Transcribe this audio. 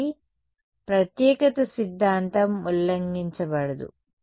కాబట్టి ప్రత్యేకత సిద్ధాంతం ఉల్లంఘించబడదు